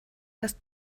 dass